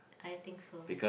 I think so